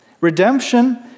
Redemption